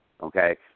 okay